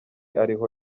ariho